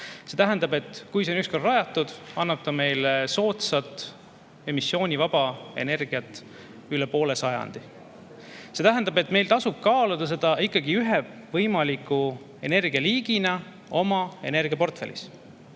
See tähendab, et kui see on ükskord rajatud, annab ta meile soodsat emissioonivaba energiat üle poole sajandi. [Järelikult] tasub meil kaaluda seda ühe võimaliku energialiigina oma energiaportfellis.